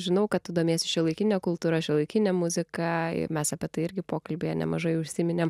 žinau kad tu domiesi šiuolaikine kultūra šiuolaikine muzika mes apie tai irgi pokalbyje nemažai užsiminėm